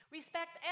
Respect